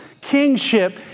kingship